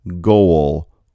goal